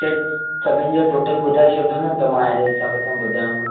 सेठ सभिनि जो टोटल ॿुधाइ छॾियो न त मां हेड़े हिसाब सां ॿुधायांव